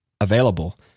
available